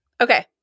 Okay